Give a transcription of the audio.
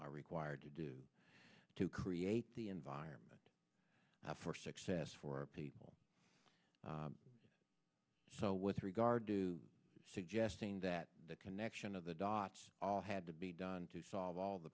are required to do to create the environment for success for our people so with regard to suggesting that the connection of the dots all had to be done to solve all the